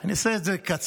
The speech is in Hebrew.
אני אעשה את זה קצר.